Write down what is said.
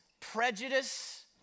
prejudice